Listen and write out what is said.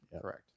correct